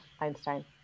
Einstein